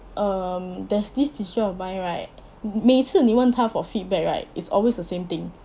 um there's this teacher of mine right 每次你问他 for feedback right it's always the same thing